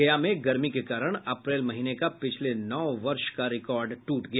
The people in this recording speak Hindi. गया में गर्मी के कारण अप्रैल महीने का पिछले नौ वर्ष का रिकॉर्ड टूट गया